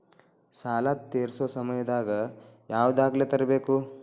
ಸಾಲಾ ತೇರ್ಸೋ ಸಮಯದಾಗ ಯಾವ ದಾಖಲೆ ತರ್ಬೇಕು?